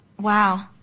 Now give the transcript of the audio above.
wow